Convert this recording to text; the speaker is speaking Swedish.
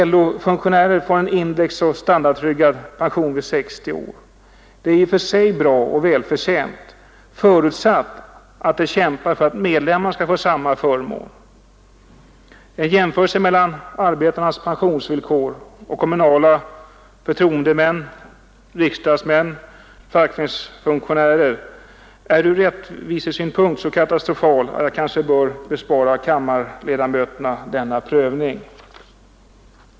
LO-funktionärer får en indexoch standardtryggad pension vid 60 år. Det är i och för sig bra och välförtjänt, förutsatt att de kämpar för att medlemmarna skall få samma förmån. En jämförelse mellan arbetarnas pensionsvillkor och kommunala förtroendemäns, riksdagsmäns och fackföreningsfunktionärers ur rättvisesynpunkt är så katastrofal att jag kanske bör bespara kammarledamöterna denna prövning.